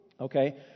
Okay